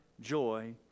joy